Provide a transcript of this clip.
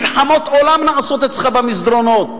מלחמות עולם נעשות אצלך במסדרונות,